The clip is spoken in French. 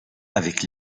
avec